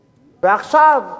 ועכשיו,